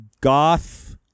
goth